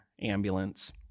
ambulance